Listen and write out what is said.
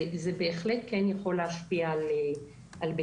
זה בהחלט כן יכול להשפיע על בטיחות.